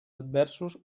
adversos